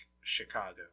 Chicago